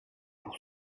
pour